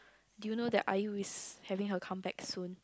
do you know that I_U is having her comeback soon